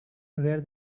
where